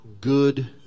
good